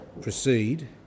proceed